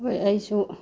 ꯍꯣꯏ ꯑꯩꯁꯨ